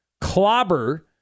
clobber